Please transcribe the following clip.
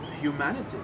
humanity